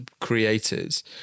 creators